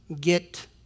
get